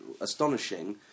astonishing